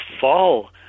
fall